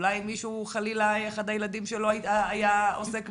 אולי אחד הילדים של מישהו, חלילה, היה אלרגי,